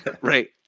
right